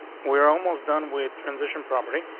we're almost done with transition property.